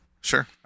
Sure